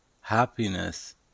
Happiness